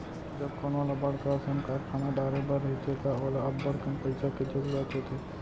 जब कोनो ल बड़का असन कारखाना डारे बर रहिथे त ओला अब्बड़कन पइसा के जरूरत होथे